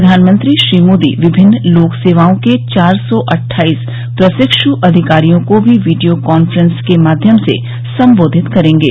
प्रधानमंत्री श्री मोदी विभिन्न लोकसेवाओं के चार सौ अट्ठाईस प्रशिक्ष् अधिकारियों को भी वीडियो कान्फ्रेंस के माध्यम से सम्बोधित करेंगे